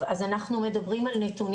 אז אנחנו מדברים על נתונים.